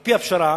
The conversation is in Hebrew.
על-פי הפשרה,